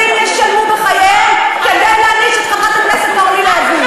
כמה ילדים ישלמו בחייהם כדי להעניש את חברת הכנסת אורלי לוי?